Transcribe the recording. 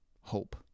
hope